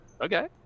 Okay